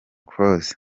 close